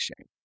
shame